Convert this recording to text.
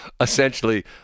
essentially